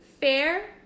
Fair